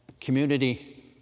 community